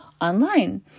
online